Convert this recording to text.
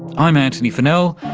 i'm antony funnell,